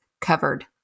covered